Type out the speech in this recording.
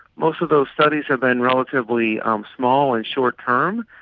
most of those studies have been relatively um small and short term.